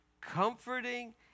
comforting